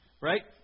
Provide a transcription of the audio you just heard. Right